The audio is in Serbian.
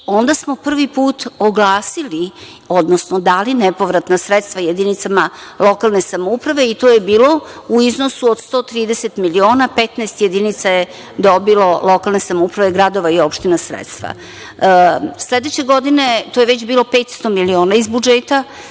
onda smo prvi put oglasili, odnosno dali nepovratna sredstva jedinicama lokalne samouprave i to je bilo u iznosu od 130 miliona, 15 jedinica je dobilo, lokalne samouprave gradova i opština sredstva. Sledeće godine, to je već bilo 500 miliona iz budžeta,